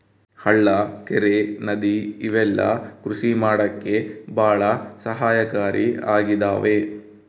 ಹಳ್ಳ ಕೆರೆ ನದಿ ಇವೆಲ್ಲ ಕೃಷಿ ಮಾಡಕ್ಕೆ ಭಾಳ ಸಹಾಯಕಾರಿ ಆಗಿದವೆ